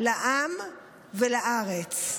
לעם ולארץ.